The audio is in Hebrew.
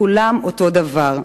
היא: כולם אותו דבר.